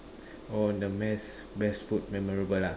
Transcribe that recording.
oh the best best food memorable ah